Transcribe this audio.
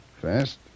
First